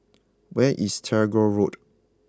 where is Tagore Road